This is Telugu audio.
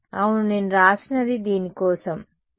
అవును నేను వ్రాసినది దీని కోసం − z కలిగి ఉండాలి